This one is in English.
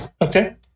Okay